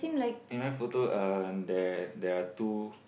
in my photo uh there there are two